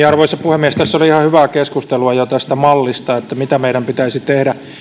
arvoisa puhemies tässä oli ihan hyvää keskustelua jo tästä mallista mitä meidän pitäisi tehdä